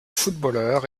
footballeur